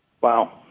Wow